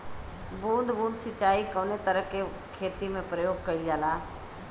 बूंद बूंद सिंचाई कवने तरह के खेती में प्रयोग कइलजाला?